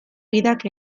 gidak